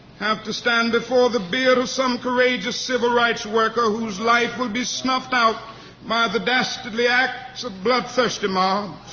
have to stand before the bier of some courageous civil rights worker whose life will be snuffed out by the dastardly acts of bloodthirsty mobs.